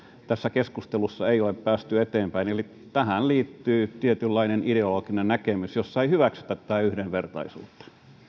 tässä keskustelussa ei ole päästy eteenpäin eli tähän liittyy tietynlainen ideologinen näkemys jossa ei hyväksytä tätä yhdenvertaisuutta